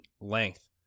length